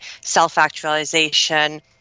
self-actualization